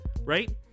right